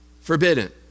forbidden